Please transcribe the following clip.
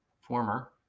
former